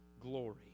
glory